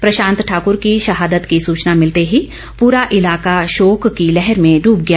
प्रशांत ठाकुर की शहादत की सूचना मिलते ही पूरा इलाका शोक की लहर में डूब गया